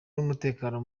n’umutekano